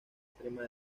extrema